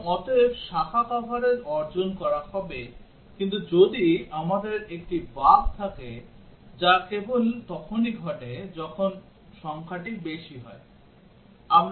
এবং অতএব শাখা কভারেজ অর্জন করা হবে কিন্তু যদি আমাদের একটি বাগ থাকে যা কেবল তখনই ঘটে যখন সংখ্যাটি বেশি হয়